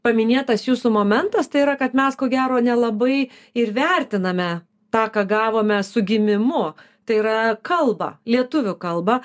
paminėtas jūsų momentas tai yra kad mes ko gero nelabai ir vertiname tą ką gavome su gimimu tai yra kalbą lietuvių kalbą